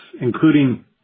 including